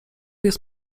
jest